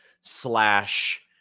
slash